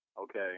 Okay